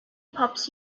pops